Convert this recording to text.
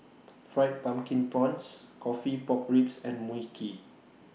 Fried Pumpkin Prawns Coffee Pork Ribs and Mui Kee